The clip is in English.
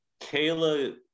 Kayla